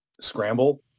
scramble